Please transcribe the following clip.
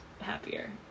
happier